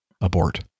abort